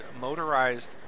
motorized